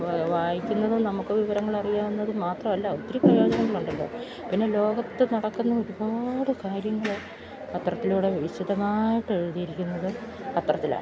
വായിക്കുന്നത് നമുക്ക് വിവരങ്ങള് അറിയാമെന്നത് മാത്രമല്ല ഒത്തിരി പ്രയോജനങ്ങളുണ്ടല്ലോ പിന്നെ ലോകത്ത് നടക്കുന്ന ഒരുപാട് കാര്യങ്ങള് പത്രത്തിലൂടെ വിശദമായിട്ട് എഴുതിയിരിക്കുന്നത് പത്രത്തിലാണ്